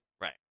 Right